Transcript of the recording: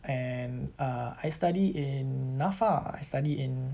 and uh I study in NAFA I study in